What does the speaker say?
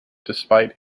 despite